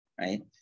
right